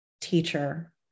teacher